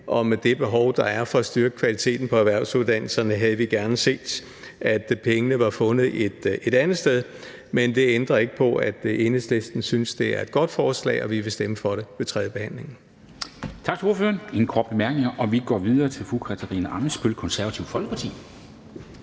og med det behov, der er for at styrke kvaliteten på erhvervsuddannelserne, havde vi gerne set, at pengene var fundet et andet sted, men det ændrer ikke på, at Enhedslisten synes, det er et godt forslag, og vi vil stemme for det ved tredjebehandlingen.